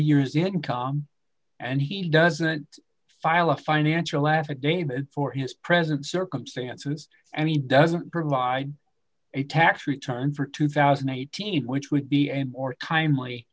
years in com and he doesn't file a financial affidavit for his present circumstances and he doesn't provide a tax return for two thousand and eighteen which would be a more timely